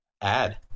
add